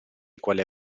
quelle